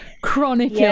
chronic